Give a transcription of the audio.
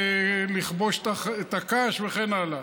לכבוש את הקש וכן הלאה.